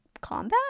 combat